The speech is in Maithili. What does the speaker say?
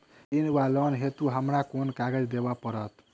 ऋण वा लोन हेतु हमरा केँ कागज देबै पड़त?